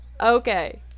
Okay